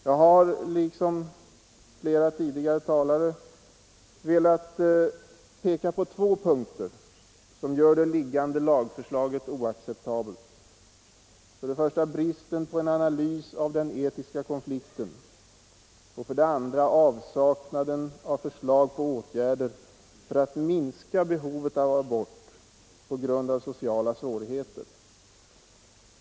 Jag har liksom flera tidigare talare velat peka på två punkter som gör det liggande lagförslaget oacceptabelt. Det är för det första bristen på en analys av den etiska konflikten och för det andra avsaknaden av förslag till åtgärder för att minska behovet av abort på grund av sociala svårigheter.